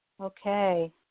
okay